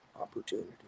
opportunity